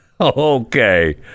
Okay